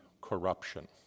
corruption